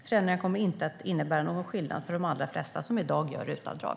Förändringarna kommer inte att innebära någon skillnad för de allra flesta som i dag gör RUT-avdrag.